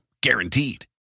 guaranteed